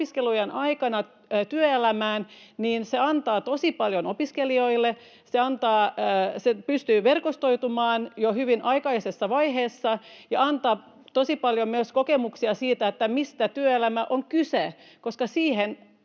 opiskelujen aikana työelämään, antaa tosi paljon opiskelijoille, pystyy verkostoitumaan jo hyvin aikaisessa vaiheessa, ja se antaa tosi paljon myös kokemuksia siitä, mistä työelämässä on kyse, koska siellä